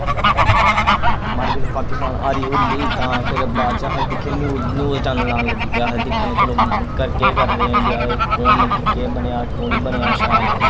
माराज जुल्लै पाकिस्तान हारी हुरी गेई तां फिर बाच असैं दिक्खेआ न्यूस न्यूस चैनल लान लगी पे अस दिक्खा ने चलो केह् करने इंडिया दे कौन मतलब कि केह् बनेआ कौन ही बनेआ शैल